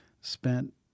spent